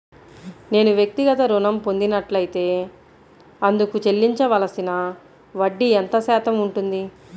నేను వ్యక్తిగత ఋణం పొందినట్లైతే అందుకు చెల్లించవలసిన వడ్డీ ఎంత శాతం ఉంటుంది?